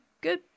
good